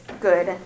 good